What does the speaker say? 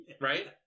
right